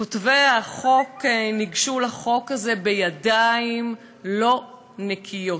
כותבי החוק ניגשו לחוק הזה בידיים לא נקיות,